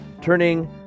turning